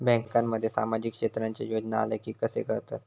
बँकांमध्ये सामाजिक क्षेत्रांच्या योजना आल्या की कसे कळतत?